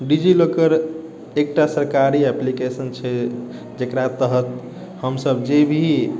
D G लोकर एकटा सरकारी application छै जेकरा तहत हमसभ जे भी